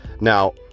Now